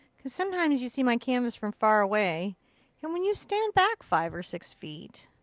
cause sometimes you see my canvas from far away. and when you stand back five or six feet